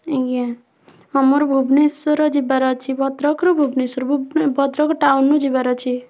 ଆଜ୍ଞା ହଁ ମୋର ଭୁବନେଶ୍ୱର ଯିବାର ଅଛି ଭଦ୍ରକରୁ ଭୁବେନେଶ୍ୱର ଭଦ୍ରକ ଟାଉନ୍ ରୁ ଯିବାର ଅଛି